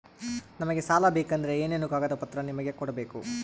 ನಮಗೆ ಸಾಲ ಬೇಕಂದ್ರೆ ಏನೇನು ಕಾಗದ ಪತ್ರ ನಿಮಗೆ ಕೊಡ್ಬೇಕು?